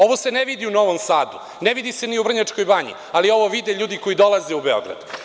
Ovo se ne vidi u Novom Sadu, ne vidi se ni u Vrnjačkoj Banji, ali ovo vide ljudi koji dolaze u Beograd.